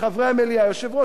יושב-ראש רשות השידור,